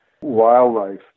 wildlife